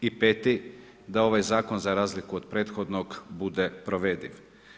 I peti, da ovaj zakon za razliku od prethodnog bude provediv.